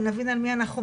ונבין על מי אנחנו מדברים.